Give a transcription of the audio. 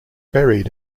buried